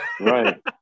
Right